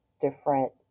different